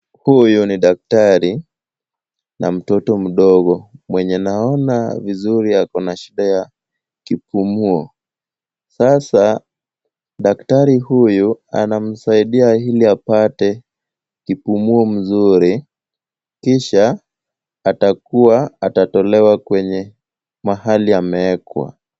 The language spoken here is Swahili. Huyo ni daktari na mtoto mdogo mwenye naona vizuri ako na shida ya kipumuo. Sasa, daktari huyu anamsaidia ili apate kipumuo mzuri kisha atakuwa atatolewa kwenye mahali amewekwa.